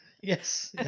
Yes